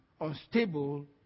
unstable